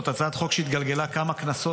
שזאת הצעת חוק שהתגלגלה בכמה כנסות,